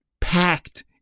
packed